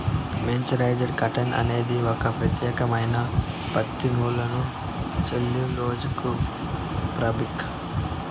mercerised cotton అనేది ఒక ప్రత్యేకమైన పత్తి నూలు సెల్యులోజ్ ఫాబ్రిక్